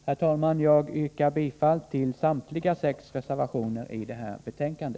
Herr talman! Jag yrkar bifall till samtliga sex reservationer som är fogade till detta betänkande.